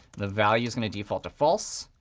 the value is going to default to false.